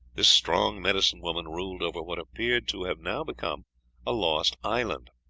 this strong medicine-woman ruled over what appears to have now become a lost island.